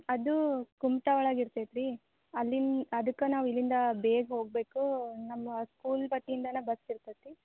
ಅದು ಕುಮ್ಟ ಒಳಗೆ ಇರ್ತೈತಿ ರೀ ಅಲ್ಲಿನ ಅದ್ಕ ನಾವು ಇಲ್ಲಿಂದ ಬೇಗ ಹೋಗಬೇಕು ನಮ್ಮ ಸ್ಕೂಲ್ವತಿ ಇಂದನ ಬಸ್ ಇರ್ತೈತಿ